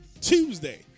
Tuesday